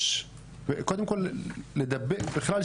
בכלל,